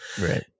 Right